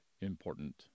important